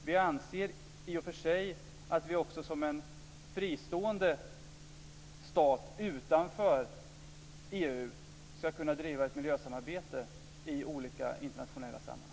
Vi anser i och för sig att Sverige också som en fristående stat utanför EU ska kunna driva ett miljösamarbete i olika internationella sammanhang.